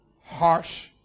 harsh